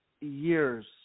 years